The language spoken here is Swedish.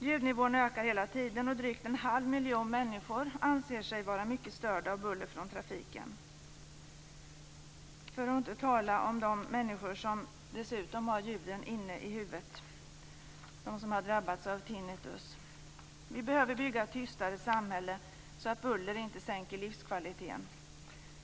Ljudnivån ökar hela tiden och drygt en halv miljon människor anser sig vara mycket störda av buller från trafiken, för att inte tala om de människor som dessutom har drabbats av tinnitus och har ljuden inne i huvudet. Vi behöver bygga ett tystare samhälle så att buller inte sänker livskvaliteten.